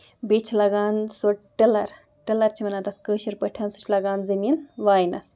بیٚیہِ چھُ لگان سُہ ٹِلر ٹِلر چھِ وَنان تَتھ کٲشِر پٲٹھۍ سُہ چھُ لگان زٔمیٖن واینَس